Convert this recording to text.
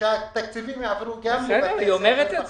כדי שהתקציבים יעברו גם לבתי הספר בחברה הערבית.